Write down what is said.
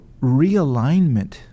realignment